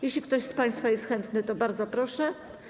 Jeśli ktoś z państwa jest chętny, to bardzo proszę.